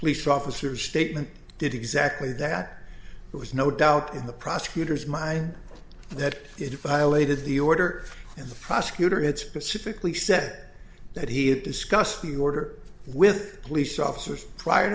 police officer statement did exactly that there was no doubt in the prosecutor's mind that it violated the order and the prosecutor had specifically said that he had discussed the order with police officers prior